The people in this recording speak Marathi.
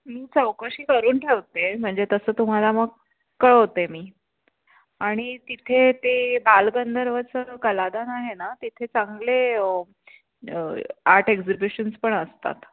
मी चौकशी करून ठेवते म्हणजे तसं तुम्हाला मग कळवते मी आणि तिथे ते बालगंधर्वचं कलादालन आहे ना तिथे चांगले आर्ट एक्झिबिशन्स पण असतात